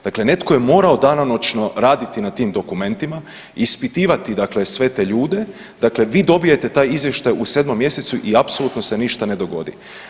Dakle netko je morao danonoćno raditi na tim dokumentima, ispitivati, dakle sve te ljude, dakle vi dobijete taj Izvještaj u 7. mj. i apsolutno se ništa ne dogodi.